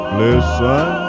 listen